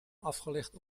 afgelegd